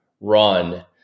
run